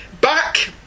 Back